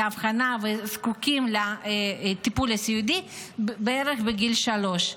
האבחנה וזקוקים לטיפול הסיעודי בערך בגיל שלוש,